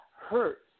hurt